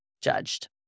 judged